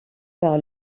par